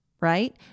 Right